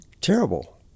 terrible